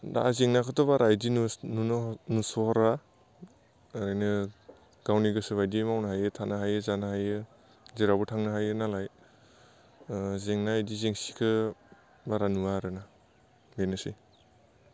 दा जेंनाखौथ' बारा एदि नुस'हरा ओरैनो गावनि गोसो बायदि मावनो हायो थानो हायो जानो हायो जेरावबो थांनो हायो नालाय जेंना एदि जेंसिखौ बारा नुवा आरो ना बेनोसै